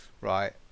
right